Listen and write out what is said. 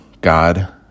God